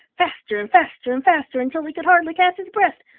faster and faster and faster until he could hardly catch his breath.